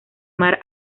mar